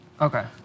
Okay